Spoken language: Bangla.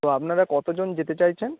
তো আপনারা কত জন যেতে চাইছেন